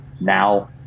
now